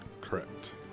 correct